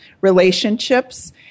relationships